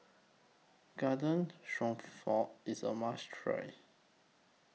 Garden Stroganoff IS A must Try